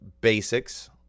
basics